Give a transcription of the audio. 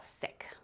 sick